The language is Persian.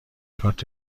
کارت